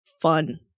fun